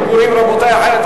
ההסתייגויות של חבר הכנסת